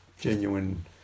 genuine